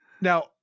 Now